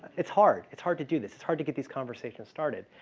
it's hard. it's hard to do this. it's hard to get these conversation started.